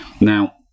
Now